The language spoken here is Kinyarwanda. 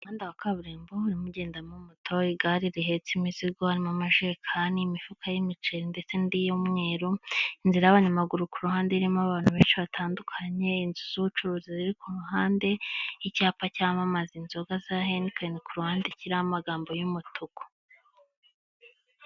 Umuhanda wa kaburimbo urimo ugendamo moto igare rihetse imizigo, irimo amajerekani imifuka y'imiceri ndetse n'indi y'umweru inzira y'abanyamaguru ku ruhande irimo abantu benshi batandukanye inzu z'ubucuruzi ziri ku mihande icyapa cyamamaza inzoga za henikeni ku ruhande kiririmo amagambo y'umutuku.